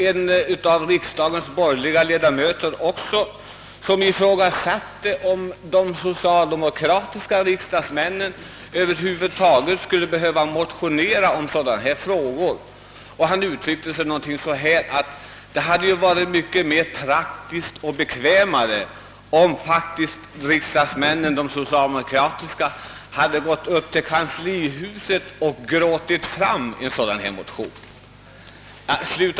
En av riksdagens borgerliga ledamöter ifrågasatte faktiskt om de socialdemokratiska riksdagsmännen över huvud taget skulle behöva motionera om sådana frågor. Han uttryckte sig ungefär som att det hade varit mycket mera praktiskt och bekvämt, om de socialdemokratiska riksdagsmännen gått upp till kanslihuset och gråtit fram en sådan motion.